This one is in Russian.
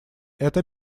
это